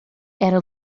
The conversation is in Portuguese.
era